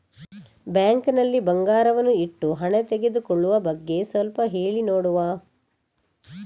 Bank ನಲ್ಲಿ ಬಂಗಾರವನ್ನು ಇಟ್ಟು ಹಣ ತೆಗೆದುಕೊಳ್ಳುವ ಬಗ್ಗೆ ಸ್ವಲ್ಪ ಹೇಳಿ ನೋಡುವ?